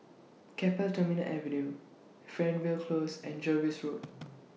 Keppel Terminal Avenue Fernvale Close and Jervois Road